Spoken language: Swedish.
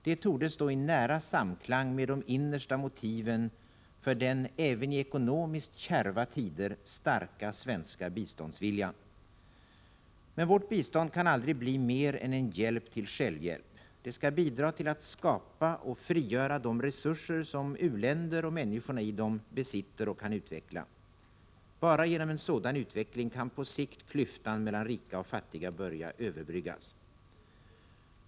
Detta torde stå i nära samklang med de innersta motiven för den även i ekonomiskt kärva tid k. Ka biståndsvil det NG Internationellt utärva ti er star fR Svens a biståndsvi ljan; Men vårt bistånd kan aldrig bli mer vecklingssamarbeän en hjälp till självhjälp. Det skall bidra till att skapa och frigöra de resurser emm som u-länderna och människorna i dem besitter och kan utveckla. Bara genom en sådan utveckling kan på sikt klyftan mellan rika och fattiga börja överbryggas.